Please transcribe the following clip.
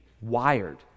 wired